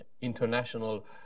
international